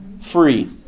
free